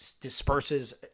disperses